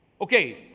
Okay